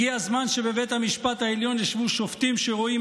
הגיע הזמן שבבית המשפט העליון ישבו שופטים שרואים